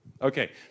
Okay